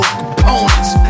components